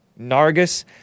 Nargis